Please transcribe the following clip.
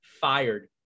Fired